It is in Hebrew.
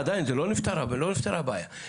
עדיין, זה לא נפתר, לא נפתרה הבעיה.